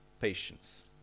patience